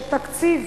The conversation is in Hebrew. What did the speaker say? שבו התקציב